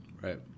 Right